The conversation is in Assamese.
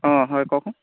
অঁ হয় কওকচোন